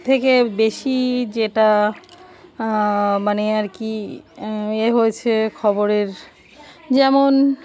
থেকে বেশি যেটা মানে আর কি ইয়ে হয়েছে খবরের যেমন